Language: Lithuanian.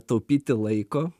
taupyti laiko